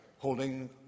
holding